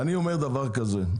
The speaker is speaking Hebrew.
אני אומר דבר כזה: